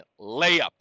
layup